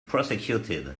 prosecuted